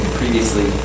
previously